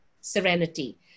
serenity